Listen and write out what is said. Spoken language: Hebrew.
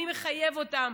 אני מחייב אותם,